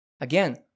Again